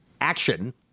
action